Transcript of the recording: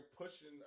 pushing